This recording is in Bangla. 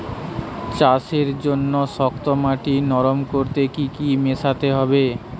চাষের জন্য শক্ত মাটি নরম করতে কি কি মেশাতে হবে?